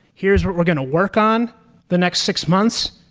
here's what we're going to work on the next six months.